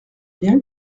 bien